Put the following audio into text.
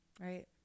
right